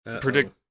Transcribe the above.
Predict